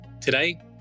Today